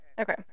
Okay